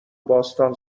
باستان